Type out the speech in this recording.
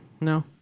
No